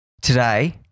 Today